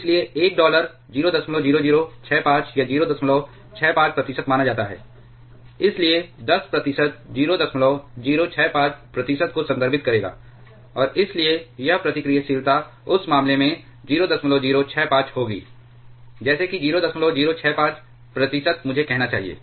इसलिए 1 डॉलर 00065 या 065 प्रतिशत माना जाता है इसलिए 10 प्रतिशत 0065 प्रतिशत को संदर्भित करेगा और इसलिए यह प्रतिक्रियाशीलता उस मामले में 0065 होगी जैसे कि 0065 प्रतिशत मुझे कहना चाहिए